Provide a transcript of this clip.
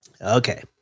Okay